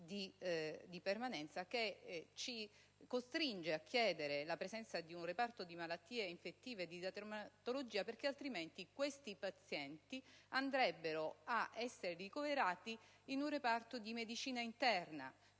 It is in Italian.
stabile, che ci costringe a chiedere la presenza di un reparto di malattie infettive e di dermatologia, perché altrimenti questi pazienti dovrebbero essere ricoverati in un reparto di medicina interna,